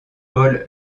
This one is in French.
paul